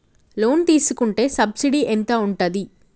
Loan తీసుకుంటే subsidy ఎంత ఉంటది?